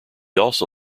also